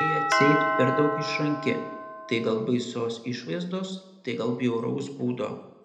tai atseit per daug išranki tai gal baisios išvaizdos tai gal bjauraus būdo